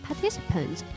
Participants